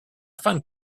find